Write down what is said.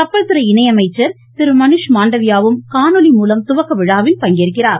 கப்பல்துறை இணை அமைச்சர் திரு மனுஷ் மாண்டவ்யாவும் காணொலி மூலம் துவக்கவிழாவில் பங்கேற்கிறார்